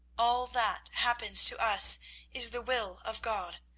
all that happens to us is the will of god,